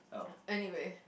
anyway